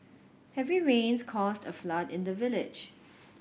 heavy rains caused a flood in the village